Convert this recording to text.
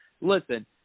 listen